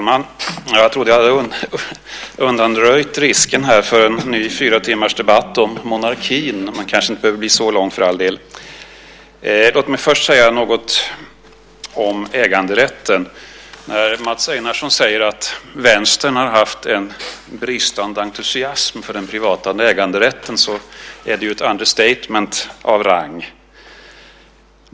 Herr talman! Jag trodde att jag hade undanröjt risken för en ny fyratimmarsdebatt om monarkin. Men den kanske, för all del, inte behöver bli så lång. Låt mig först säga något om äganderätten. När Mats Einarsson säger att Vänstern har haft en bristande entusiasm för den privata äganderätten är det ett understatement av rang.